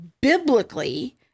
biblically